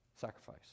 sacrifice